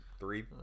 Three